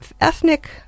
ethnic